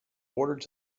bordered